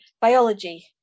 biology